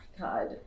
god